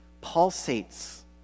pulsates